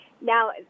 Now